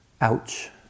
ouch